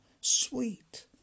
sweet